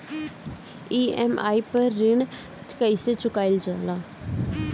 EMI पर ऋण कईसे चुकाईल जाला?